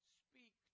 speak